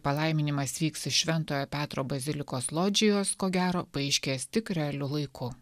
palaiminimas vyks iš šventojo petro bazilikos lodžijos ko gero paaiškės tik realiu laiku